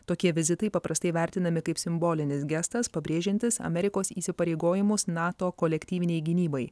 tokie vizitai paprastai vertinami kaip simbolinis gestas pabrėžiantis amerikos įsipareigojimus nato kolektyvinei gynybai